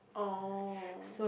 oh